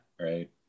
right